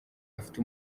afite